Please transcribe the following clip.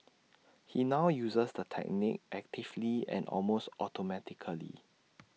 he now uses the technique actively and almost automatically